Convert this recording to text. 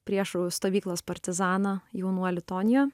priešų stovyklos partizaną jaunuolį tonijo